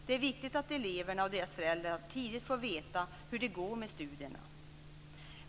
Det är viktigt att eleverna och deras föräldrar tidigt får veta hur det går med studierna.